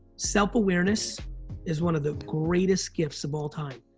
self-awareness is one of the greatest gifts of all time.